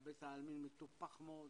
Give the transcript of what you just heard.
אבל בית העלמין מטופח מאוד,